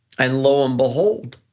and lo and behold,